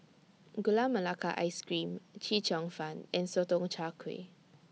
Gula Melaka Ice Cream Chee Cheong Fun and Sotong Char Kway